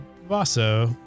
Vaso